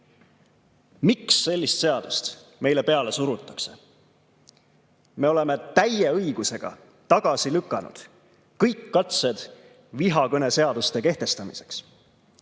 Miks sellist seadust meile peale surutakse? Me oleme täie õigusega tagasi lükanud kõik katsed vihakõne seaduste kehtestamiseks.